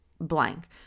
blank